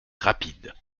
rapides